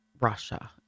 Russia